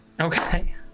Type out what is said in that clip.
okay